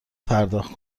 پرداخت